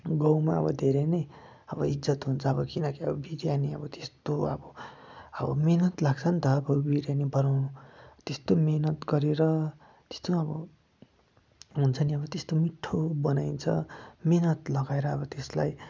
गाउँमा अब धेरै नै अब इज्जत हुन्छ अब किनकि ब बिर्यानी अब त्यस्तो अब अब मेहनत लाग्छ नि त अब बिर्यानी बनाउनु त्यस्तो मेहनत गरेर त्यस्तो अब हुन्छ नि अब त्यस्तो मिठो बनाइन्छ मेहनत लगाएर अब त्यसलाई